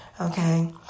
Okay